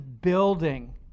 building